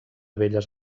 belles